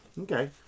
Okay